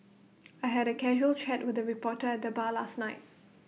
I had A casual chat with A reporter at the bar last night